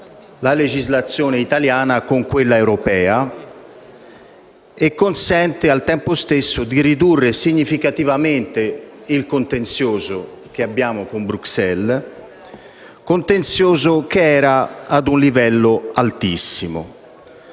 la legislazione italiana con quella europea e, al tempo stesso, di ridurre significativamente il contenzioso che abbiamo con Bruxelles, che era a un livello altissimo.